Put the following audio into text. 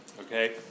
Okay